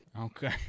Okay